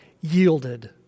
yielded